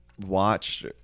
watched